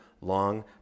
long